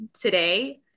today